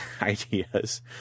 ideas